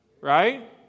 Right